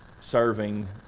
serving